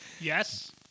Yes